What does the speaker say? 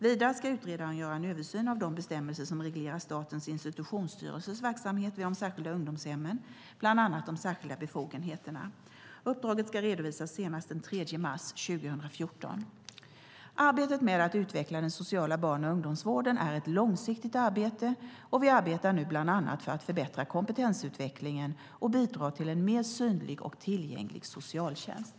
Vidare ska utredaren göra en översyn av de bestämmelser som reglerar Statens institutionsstyrelses verksamhet vid de särskilda ungdomshemmen, bland annat de särskilda befogenheterna. Uppdraget ska redovisas senast den 3 mars 2014. Arbetet med att utveckla den sociala barn och ungdomsvården är ett långsiktigt arbete och vi arbetar nu bland annat för att förbättra kompetensutvecklingen och bidra till en mer synlig och tillgänglig socialtjänst.